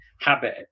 habit